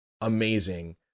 amazing